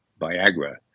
Viagra